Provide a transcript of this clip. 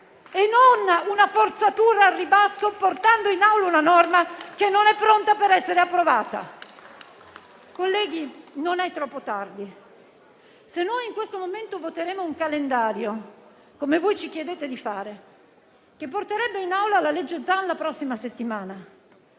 e non una forzatura al ribasso portando in Assemblea una norma che non è pronta per essere approvata. Colleghi, non è troppo tardi. Se noi in questo momento voteremo un calendario, come voi ci chiedete di fare, che porterebbe in Aula la legge Zan la prossima settimana,